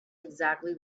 exactly